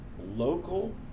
local